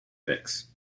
fix